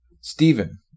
Stephen